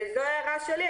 זו הערה שלי.